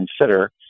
consider